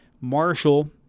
Marshall